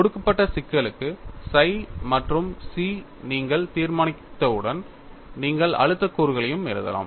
கொடுக்கப்பட்ட சிக்கலுக்கு psi மற்றும் chi நீங்கள் தீர்மானித்தவுடன் நீங்கள் அழுத்தக் கூறுகளையும் எழுதலாம்